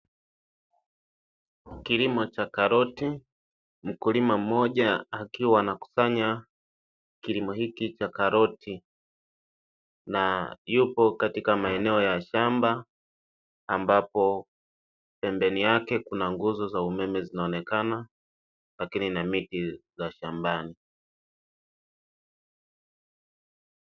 Kilimo cha karoti mkulima mmoja akiwa anakusanya kilimo hiki cha karoti na yupo katika maeneo ya shamba ambapo pembeni yake kuna nguzo za umeme zinaonekana lakini na miti za shambani.